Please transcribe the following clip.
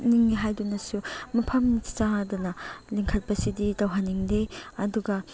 ꯂꯤꯡꯏ ꯍꯥꯏꯗꯨꯅꯁꯨ ꯃꯐꯝ ꯆꯥꯗꯅ ꯂꯤꯡꯈꯠꯄꯁꯤꯗꯤ ꯇꯧꯍꯟꯅꯤꯡꯗꯦ ꯑꯗꯨꯅ